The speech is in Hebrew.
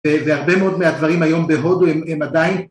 והרבה מאוד מהדברים היום בהודו הם עדיין